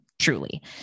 truly